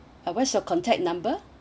uh what's your contact number